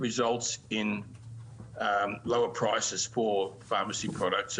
מגוון רחב ביותר של מוצרי בית מרקחת במחירים נמוכים.